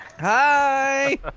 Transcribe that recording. Hi